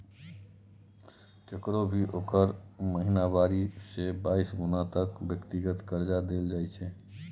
ककरो भी ओकर महिनावारी से बाइस गुना तक के व्यक्तिगत कर्जा देल जाइत छै